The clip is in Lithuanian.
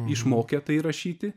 išmokę tai rašyti